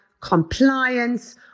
compliance